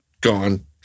gone